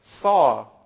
saw